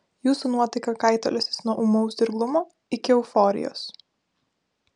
jūsų nuotaika kaitaliosis nuo ūmaus dirglumo iki euforijos